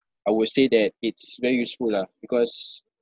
I would say that it's very useful lah because